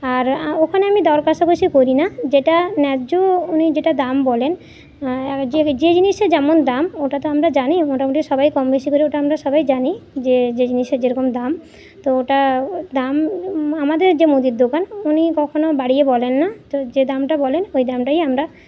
আর ওখানে আমি দর কষাকষি করি না যেটা ন্যায্য উনি যেটা দাম বলেন যে যে জিনিসের যেমন দাম ওটা তো আমরা জানি মোটামুটি সবাই কম বেশি করে ওটা আমরা সবাই জানি যে যে জিনিসের যেরকম দাম তো ওটা দাম আমাদের যে মুদির দোকান উনি কখনো বাড়িয়ে বলেন না তো যে দামটা বলেন ওই দামটাই আমরা